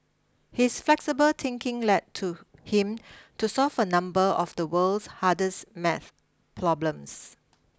his flexible thinking led to him to solve a number of the world's hardest math problems